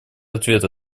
ответ